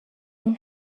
این